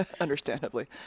Understandably